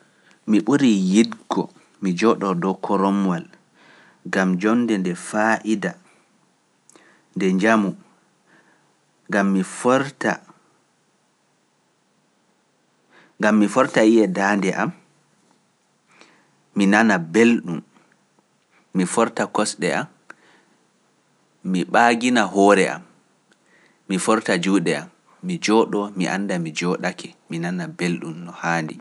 Mi ɓurii yiɗgo, mi jooɗoo dow koromwal, gam joonde nde faa'ida, nde njamu, gam mi forta yi'e daande am, mi nana belɗum, mi forta kosɗe am, mi ɓaagina hoore am, mi forta juuɗe am, mi jooɗoo, mi annda, mi jooɗake, mi nana belɗum no haandi.